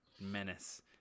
menace